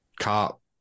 cop